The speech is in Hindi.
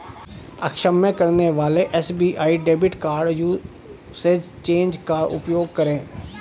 अक्षम करने वाले SBI debit card usage change का उपयोग करें